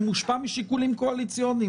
שמושפע משיקולים קואליציוניים,